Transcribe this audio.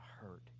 hurt